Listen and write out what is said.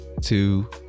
two